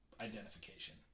identification